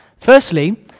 Firstly